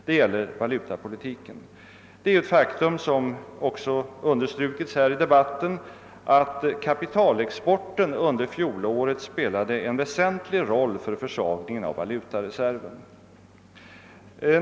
Det gäller valutapolitiken. Det är ett faktum, som också understrukits här i debatten, att kapitalexporten under fjolåret spelade en väsentlig roll för försvagningen av valutareserven.